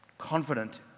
confident